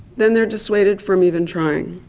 then they are dissuaded from even trying.